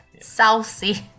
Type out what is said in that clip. Saucy